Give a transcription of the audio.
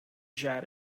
jet